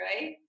right